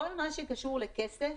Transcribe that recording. כל מה שקשור לכסף